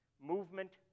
movement